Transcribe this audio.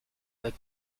avec